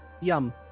yum